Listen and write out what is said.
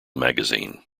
magazine